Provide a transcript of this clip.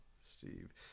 Steve